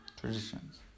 traditions